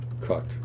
cut